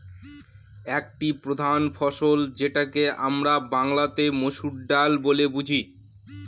একটি প্রধান ফসল যেটাকে আমরা বাংলাতে মসুর ডাল বলে বুঝি